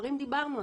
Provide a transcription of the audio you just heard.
במספרים דיברנו,